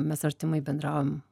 mes artimai bendravom